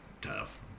tough